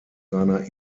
seiner